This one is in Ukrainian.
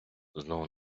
знову